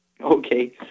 Okay